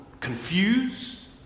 confused